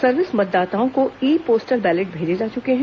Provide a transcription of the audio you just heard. service मतदाताओं को e postal ballot भेजे जा चुके हैं